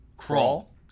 Crawl